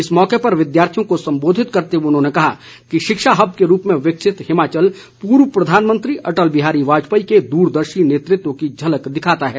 इस मौके विद्यार्थियों को संबोधित करते हुए उन्होंने कहा कि शिक्षा हब के रूप में विकसित हिमाचल पूर्व प्रधानमंत्री अटल बिहारी वाजपेयी के दूरदर्शी नेतृत्व की झलक दिखाता है